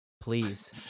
please